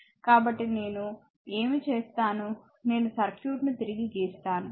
కాబట్టి నేను ఏమి చేస్తాను నేను సర్క్యూట్ను తిరిగి గీస్తాను